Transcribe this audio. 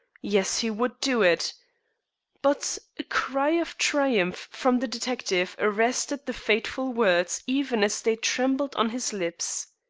yes, he would do it but a cry of triumph from the detective arrested the fateful words even as they trembled on his lips.